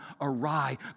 awry